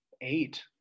eight